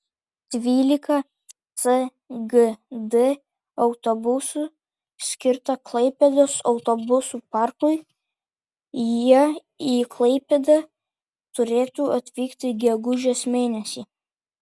dvylika sgd autobusų skirta klaipėdos autobusų parkui jie į klaipėdą turėtų atvykti gegužės mėnesį